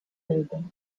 reedel